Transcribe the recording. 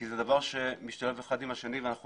כי זה דבר שמשתלב אחד עם השני ואנחנו